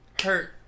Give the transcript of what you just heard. hurt